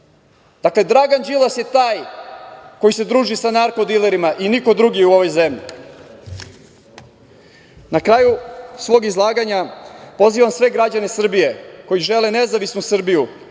Dakle, Dragan Đilas je taj koji se druži sa narko-dilerima i niko drugi u ovoj zemlji. Na kraju svog izlaganja pozivam sve građane Srbije koji žele nezavisnu Srbiju